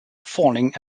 falling